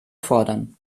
fordern